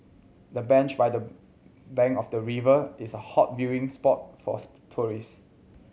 the bench by the bank of the river is a hot viewing spot for tourist